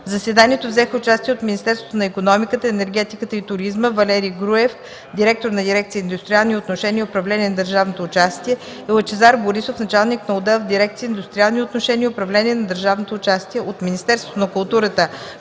В заседанието взеха участие от Министерството на икономиката, енергетиката и туризма: Валентин Груев – директор на дирекция „Индустриални отношения и управление на държавното участие”, и Лъчезар Борисов – началник на отдел в дирекция „Индустриални отношения и управление на държавното участие”; от Министерството на културата: